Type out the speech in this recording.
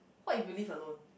what if you live alone